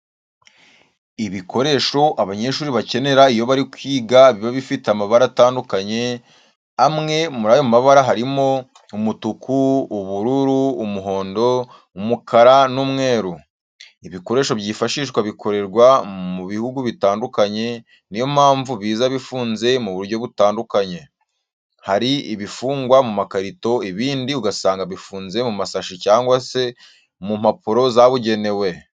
Ibikoresho abanyeshuri bacyenera iyo bari kwiga biba bifite amabara atandukanye, amwe muri ayo mabara harimo: umutuku, ubururu, umuhondo, umukara n'umweru. Ibikoresho by'ifashishwa bikorerwa mu bihugu bitandukanye, niyo mpamvu biza bifunze mu buryo butandukanye. Hari ibifungwa mu makarito, ibindi ugasanga bifunze mu mashashi cyangwa se m'umpapuro zabugenewe.